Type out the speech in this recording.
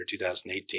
2018